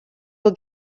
will